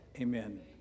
Amen